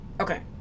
Okay